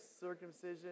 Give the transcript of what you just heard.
circumcision